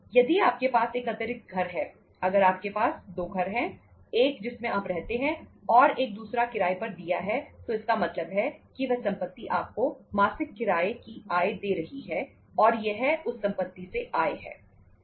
यदि आपके पास एक अतिरिक्त घर है अगर आपके पास दो घर हैं एक जिसमें आप रहते हैं और एक दूसरा किराए पर दिया हैं तो इसका मतलब है कि वह संपत्ति आपको मासिक किराये की आय दे रही है और यह उस संपत्ति से आय है